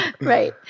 right